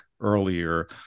earlier